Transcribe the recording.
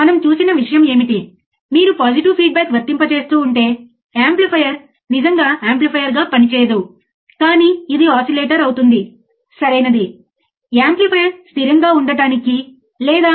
అసలు విషయం ఏమిటంటే అవుట్పుట్ వోల్టేజ్ సరిగ్గా 0 ఉండాలి కానీ ప్రాక్టికల్ ఆప్ ఆంప్లోని వాస్తవ ఆప్ ఆంప్లో మనం అవుట్పుట్ వోల్టేజ్ 0 ను పొందలేము